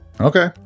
Okay